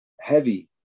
heavy